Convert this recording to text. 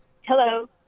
Hello